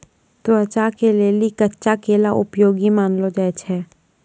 त्वचा के लेली कच्चा केला उपयोगी मानलो जाय छै